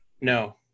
no